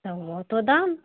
তা অতো দাম